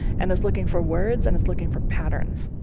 and it's looking for words, and it's looking for patterns.